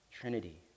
Trinity